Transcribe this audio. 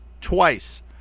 Twice